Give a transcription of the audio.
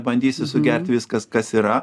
bandysi sugert viskas kas yra